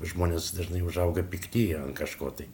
žmonės dažnai užauga pikti ant kažko tai